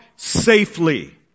safely